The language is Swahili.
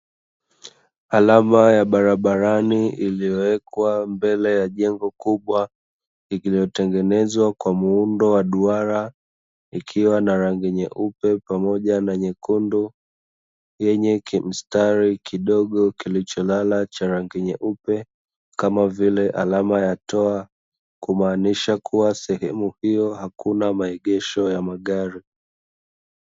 Alama ya barabarani iliyowekwa mbele ya jengo kubwa, iliyotengenezwa kwa muundo wa duara, ikiwa na rangi nyeupe pamoja na nyekundu, yenye kimstari kidogo kilicholala cha rangi nyeupe, kama vile alama ya “TOA”, kumaanisha kuwa sehemu hiyo hakuna maegesho ya magari.